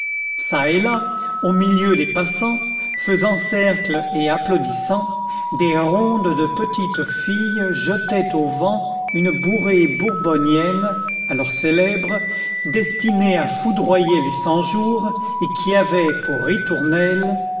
au milieu des passants faisant cercle et applaudissant des rondes de petites filles jetaient au vent une bourrée bourbonienne alors célèbre destinée à foudroyer les cent-jours et qui avait pour